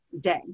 day